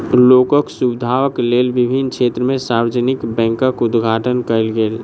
लोकक सुविधाक लेल विभिन्न क्षेत्र में सार्वजानिक बैंकक उद्घाटन कयल गेल